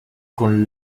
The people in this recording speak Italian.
con